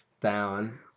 down